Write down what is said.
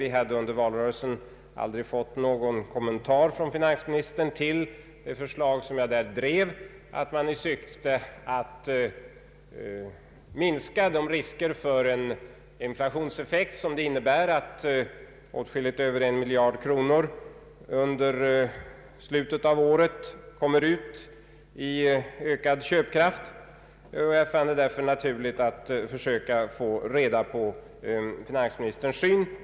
Vi hade under valrörelsen aldrig fått någon kommentar från finansministern till det förslag jag där förde fram, nämligen att man borde minska de risker för en inflationseffekt som det innebär att åtskilligt över en miljard kronor under slutet av året kommer ut i ökad köpkraft. Jag fann det därför naturligt att försöka få reda på finansministerns syn på saken.